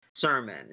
sermon